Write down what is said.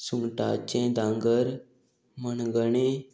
सुंगटाचें दांगर मणगणें